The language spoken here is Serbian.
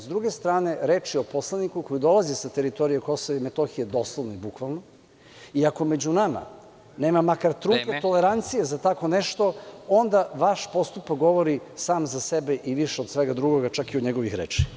S druge strane, reč je o poslaniku koji dolazi sa teritorije KiM, doslovno, bukvalno, i ako među nama nema makar trunke tolerancije za tako nešto onda vaš postupak govori sam za sebe i više od svega drugoga, čak i od njegovih reči.